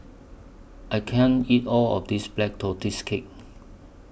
I can't eat All of This Black Tortoise Cake